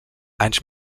anys